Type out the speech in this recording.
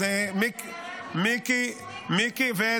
אז מיקי, מה עם הדיור הציבורי?